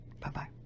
Bye-bye